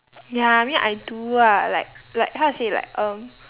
ya I mean I do ah like like how to say like um